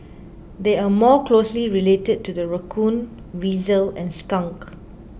they are more closely related to the raccoon weasel and skunk